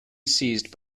seized